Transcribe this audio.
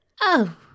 Oh